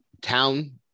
town